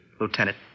Lieutenant